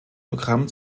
programm